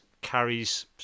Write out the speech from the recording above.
carries